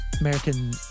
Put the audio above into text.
American